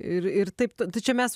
ir ir taip tai čia mes